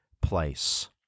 place